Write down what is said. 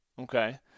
okay